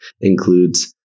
includes